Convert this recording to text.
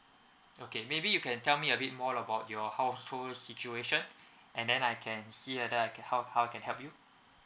okay maybe you can tell me a bit more about your household situation and then I can see whether I can help how I can help you